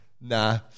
Nah